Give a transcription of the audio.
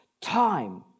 time